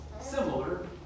similar